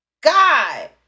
God